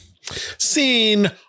Scene